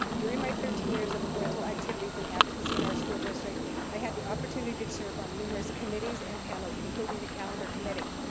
during my thirteen years of parental activities and advocacy in our school district i had the opportunity to serve on numerous committees and panels, including the calendar committee.